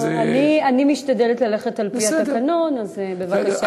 אני משתדלת ללכת על-פי התקנון, אז בבקשה.